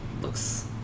looks